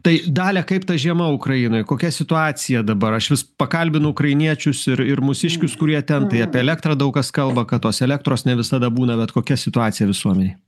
tai dalia kaip ta žiema ukrainoj kokia situacija dabar aš vis pakalbinu ukrainiečius ir ir mūsiškius kurie ten tai apie elektrą daug kas kalba kad tos elektros ne visada būna bet kokia situacija visuomenėj